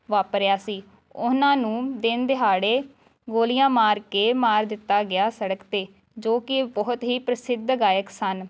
ਵਾਪਰਿਆ ਸੀ ਉਹਨਾਂ ਨੂੰ ਦਿਨ ਦਿਹਾੜੇ ਗੋਲੀਆਂ ਮਾਰ ਕੇ ਮਾਰ ਦਿੱਤਾ ਗਿਆ ਸੜਕ 'ਤੇ ਜੋ ਕਿ ਬਹੁਤ ਹੀ ਪ੍ਰਸਿੱਧ ਗਾਇਕ ਸਨ